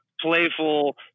playful